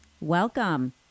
Welcome